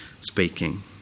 speaking